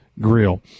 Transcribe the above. Grill